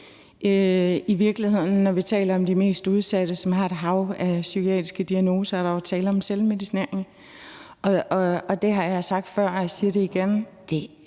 I virkeligheden er der jo, når vi taler om de mest udsatte, som har et hav af psykiatriske diagnoser, tale om selvmedicinering, og jeg har sagt det før, og jeg siger det igen: